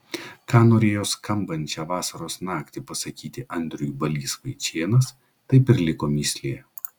ką norėjo skambančią vasaros naktį pasakyti andriui balys vaičėnas taip ir liko mįslė